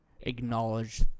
acknowledge